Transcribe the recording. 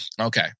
Okay